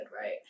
right